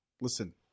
Listen